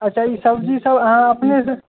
अच्छा ई सब्जी सभ अहाँ अपनेसँ